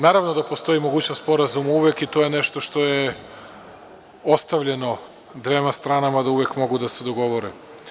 Naravno, da postoji mogućnost sporazuma, i to je nešto što je ostavljeno dvema stranama da uvek mogu da se dogovore.